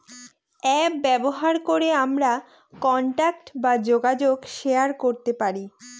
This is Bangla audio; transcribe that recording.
অ্যাপ ব্যবহার করে আমরা কন্টাক্ট বা যোগাযোগ শেয়ার করতে পারি